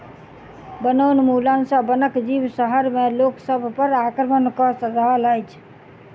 वनोन्मूलन सॅ वनक जीव शहर में लोक सभ पर आक्रमण कअ रहल अछि